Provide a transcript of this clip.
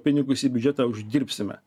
pinigus į biudžetą uždirbsime